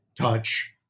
touch